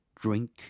Drink